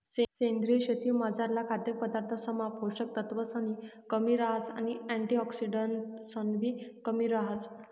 सेंद्रीय शेतीमझारला खाद्यपदार्थसमा पोषक तत्वसनी कमी रहास आणि अँटिऑक्सिडंट्सनीबी कमी रहास